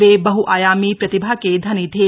वे बहआयामी प्रतिभा के धनी थे